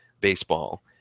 baseball